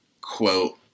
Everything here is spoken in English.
quote